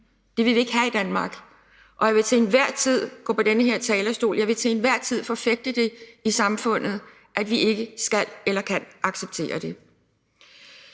vil vi ikke have i Danmark, og jeg vil til enhver tid gå på den her talerstol og forfægte det, og jeg vil til enhver tid forfægte det i samfundet, nemlig at vi ikke skal eller kan acceptere det.